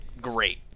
great